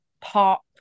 pop